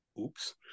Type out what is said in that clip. Oops